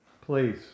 please